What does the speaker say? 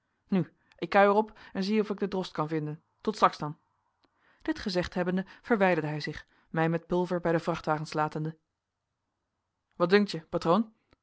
nu ik kuier op en zie of ik den drost kan vinden tot straks dan dit gezegd hebbende verwijderde hij zich mij met pulver bij de vrachtwagens latende wat dunk je patroon